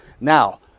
Now